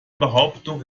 behauptung